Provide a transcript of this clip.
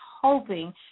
hoping